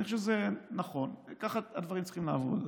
אני חושב שזה נכון וכך הדברים הללו צריכים לעבוד,